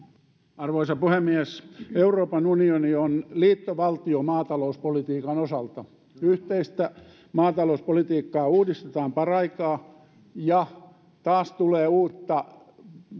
arvoisa puhemies euroopan unioni on liittovaltio maatalouspolitiikan osalta yhteistä maatalouspolitiikkaa uudistetaan paraikaa ja taas tulee uutta